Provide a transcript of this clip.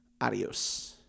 Adios